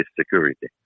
security